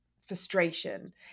frustration